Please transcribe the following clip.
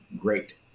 Great